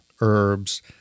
herbs